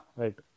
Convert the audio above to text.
right